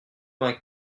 vingt